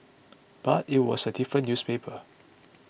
but it was a different newspaper